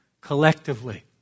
collectively